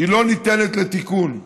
לא ניתנת לתיקון,